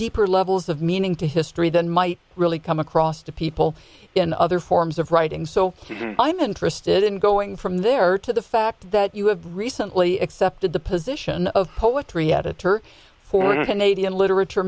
deeper levels of meaning to history that might really come across to people in other forms of writing so i'm interested in going from there to the fact that you have recently accepted the position of poetry editor or canadian literature